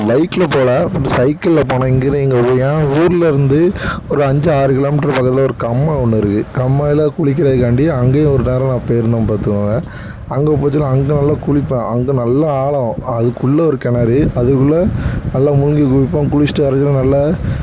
பைக்கில் போகல பட் சைக்கிள்ல போனேன் இங்க இங்கேதான் என் ஊர்லயிருந்து ஒரு அஞ்சு ஆறு கிலோ மீட்டர் பக்கத்தில் ஒரு கம்மாய் ஒன்று இருக்குது கம்மாய்ல குளிக்கிறதுக்காண்டி அங்கேயும் ஒரு நேரம் நான் போயிருந்தேன் பார்த்துக்கோங்க அங்கே போக சொன்னால் அங்கே நல்லா குளிப்பேன் அங்கே நல்லா ஆழம் அதுக்குள்ளே ஒரு கிணறு அதுக்குள்ளே நல்லா மூழ்கி குளிப்போம் குளிச்சிட்டு வரயிலை நல்ல